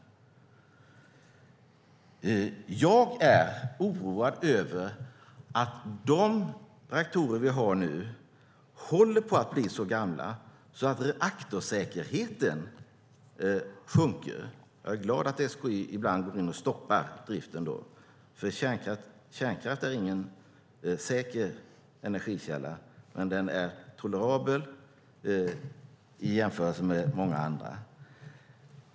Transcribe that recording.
Jag är oroad över att de reaktorer vi har nu håller på att bli så gamla att reaktorsäkerheten sjunker. Jag är glad att SKI ibland hinner stoppa driften. Kärnkraften är ingen säker energikälla, men den är tolerabel i jämförelse med många andra.